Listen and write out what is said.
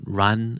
run